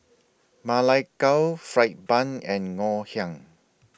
Ma Lai Gao Fried Bun and Ngoh Hiang